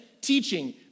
teaching